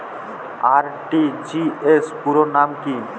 RTGS পুরো নাম কি?